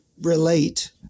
relate